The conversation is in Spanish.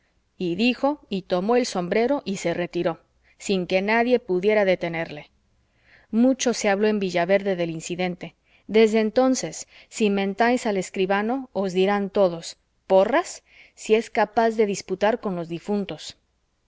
y dijo y tomó el sombrero y se retiró sin que nadie pudiera detenerle mucho se habló en villaverde del incidente desde entonces si mentáis al escribano os dirán todos porras si es capaz de disputar con los difuntos